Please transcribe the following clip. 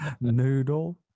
Noodle